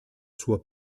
sua